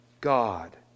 God